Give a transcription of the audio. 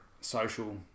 social